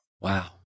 Wow